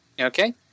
Okay